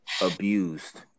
abused